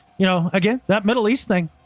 you know again, that middle east thing.